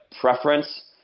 preference